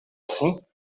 assim